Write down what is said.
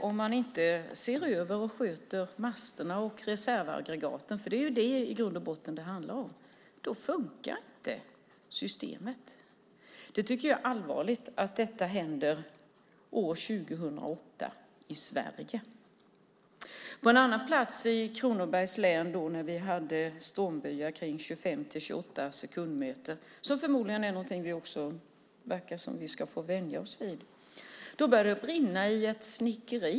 Om man inte ser över och sköter masterna och reservaggregaten - det är det som det i grund och botten handlar om - funkar inte systemet. Jag tycker att det är allvarligt att detta händer år 2008 i Sverige. När vi på en annan plats i Kronobergs län hade stormbyar kring 25-28 sekundmeter, som förmodligen är någonting som vi får vänja oss vid, började det brinna i ett snickeri.